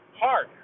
hard